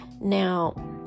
Now